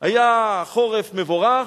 היה חורף מבורך,